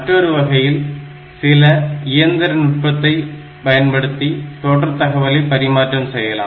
மற்றொருவகையில் சில இயந்திரநுட்பத்தை பயன்படுத்தி தொடர் தகவலை பரிமாற்றம் செய்யலாம்